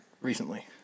recently